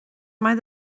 mbeidh